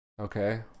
Okay